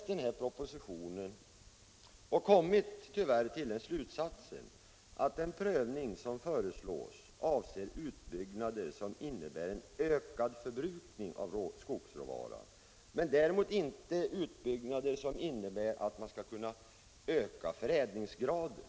Jag har läst propositionen och kommit — tyvärr — till Torsdagen den den slutsatsen, att den prövning som föreslås avser utbyggnader som 4 december 1975 innebär en ökad förbrukning av skogsråvara men däremot inte utbyggnader som innebär att man skall kunna öka förädlingsgraden.